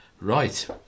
Right